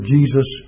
Jesus